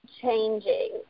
changing